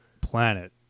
planet